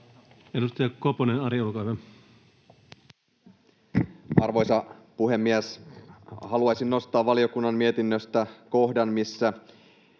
Edustaja Koponen, Ari, olkaa hyvä. Arvoisa puhemies! Haluaisin nostaa valiokunnan mietinnöstä kohdan, missä